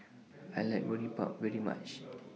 I like Boribap very much